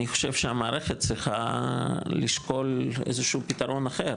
אני חושב שהמערכת צריכה לשקול איזשהו פתרון אחר,